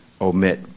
omit